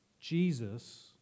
Jesus